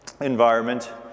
environment